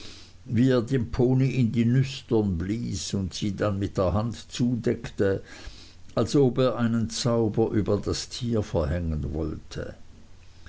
er dem pony in die nüstern blies und sie dann mit der hand zudeckte als ob er einen zauber über das tier verhängen wollte